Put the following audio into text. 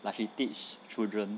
like she teach children